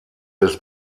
des